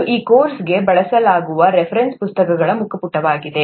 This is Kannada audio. ಇದು ಈ ಕೋರ್ಸ್ಗೆ ಬಳಸಲಾಗುವ ರೆಫರೆನ್ಸ್ ಪುಸ್ತಕಗಳ ಮುಖಪುಟವಾಗಿದೆ